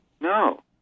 no